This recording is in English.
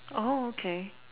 oh okay